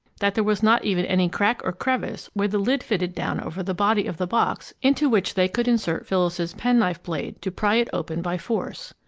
that there was not even any crack or crevice where the lid fitted down over the body of the box into which they could insert phyllis's penknife blade to pry it open by force.